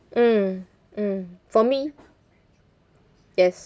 mm mm for me yes yes